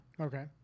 Okay